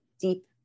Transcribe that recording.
deep